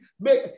make